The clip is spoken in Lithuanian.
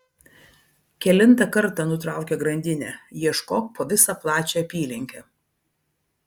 kelintą kartą nutraukia grandinę ieškok po visą plačią apylinkę